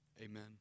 Amen